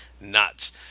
nuts